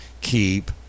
Keep